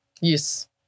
Yes